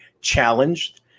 challenged